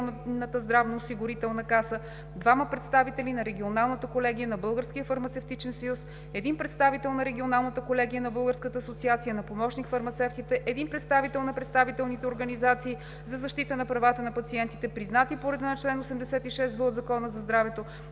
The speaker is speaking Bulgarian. здравноосигурителна каса, двама представители на Регионалната колегия на Българския фармацевтичен съюз, един представител на Регионалната колегия на Българската асоциация на помощник-фармацевтите, един представител на представителните организации за защита на правата на пациентите, признати по реда на чл. 86в от Закона за здравето,